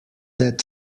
that